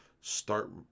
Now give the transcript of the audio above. start